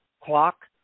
clock